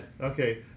okay